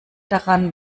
daran